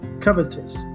covetous